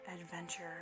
adventure